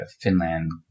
Finland